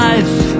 Life